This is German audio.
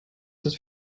dass